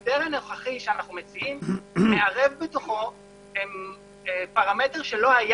ההסדר הנוכחי שאנחנו מציעים מערב בתוכו פרמטר שלא היה